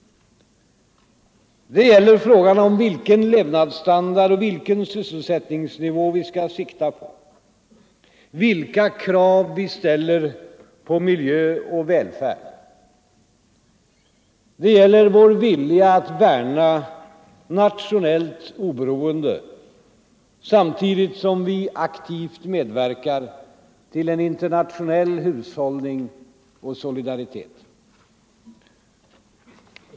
Det gäller frågan om vilken levnadsstandard och vilken sysselsättningsnivå vi skall sikta på, vilka krav vi ställer på miljö och välfärd. Det gäller vår vilja att värna nationellt oberoende, samtidigt som vi aktivt medverkar till en internationell hushållning och solidaritet.